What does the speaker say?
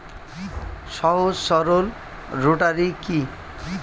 সহজ সরল রোটারি কি?